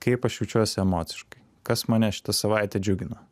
kaip aš jaučiuosi emociškai kas mane šitą savaitę džiugina